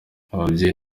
ababyeyi